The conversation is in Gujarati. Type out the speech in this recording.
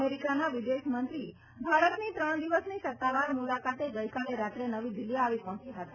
અમેરિકાના વિદેશમંત્રી ભારતની ત્રણ દિવસની સત્તાવાર મુલાકાતે ગઇકાલે રાત્રે નવી દિલ્હીઆવી પહોંચ્યા હતા